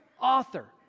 author